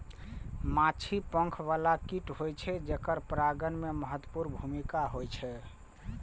माछी पंख बला कीट होइ छै, जेकर परागण मे महत्वपूर्ण भूमिका होइ छै